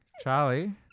Charlie